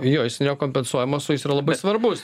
jo jis nekompensuojamas o jis yra labai svarbus